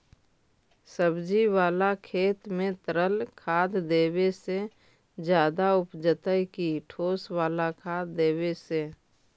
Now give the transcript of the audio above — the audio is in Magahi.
सब्जी बाला खेत में तरल खाद देवे से ज्यादा उपजतै कि ठोस वाला खाद देवे से?